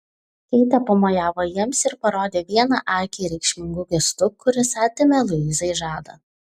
keitė pamojavo jiems ir parodė vieną akį reikšmingu gestu kuris atėmė luizai žadą